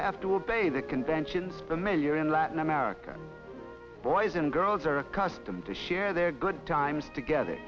have to obey the conventions familiar in latin america boys and girls are accustomed to share their good times together